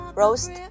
roast